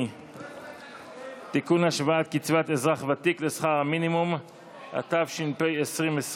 התוצאות הן 29 בעד,